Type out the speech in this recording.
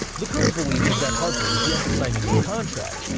the current belief is that harper is yet to sign a new contract,